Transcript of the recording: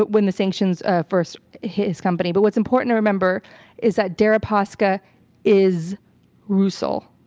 but when the sanctions first hit his company. but what's important to remember is that deripaska is rusal.